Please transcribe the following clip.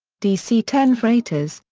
dc ten freighters,